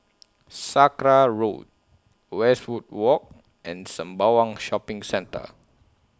Sakra Road Westwood Walk and Sembawang Shopping Centre